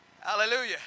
Hallelujah